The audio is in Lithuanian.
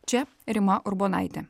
čia rima urbonaitė